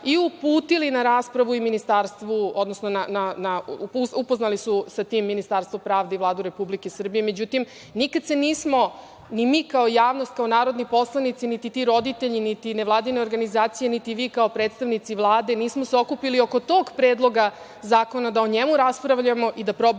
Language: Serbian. i uputili na raspravu, odnosno upoznali su sa tim Ministarstvo pravde i Vladu Republike Srbije. Međutim, nikada se nismo ni mi kao javnost, kao narodni poslanici, niti ti roditelji, niti nevladine organizacije, niti vi kao predstavnici Vlade, nismo se okupili oko tog Predloga zakona, da o njemu raspravljamo i da probamo